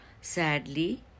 sadly